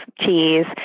cheese